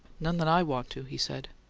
none that i want to, he said.